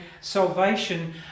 salvation